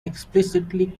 explicitly